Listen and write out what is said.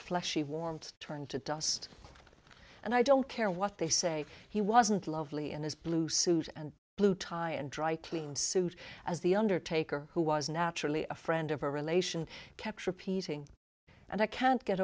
fleshy warmth turned to dust and i don't care what they say he wasn't lovely in his blue suit and blue tie and dry clean suit as the undertaker who was naturally a friend of a relation kept repeating and i can't get